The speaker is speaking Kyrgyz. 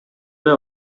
эле